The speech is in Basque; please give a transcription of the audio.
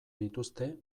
dituzte